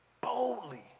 Boldly